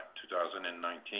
2019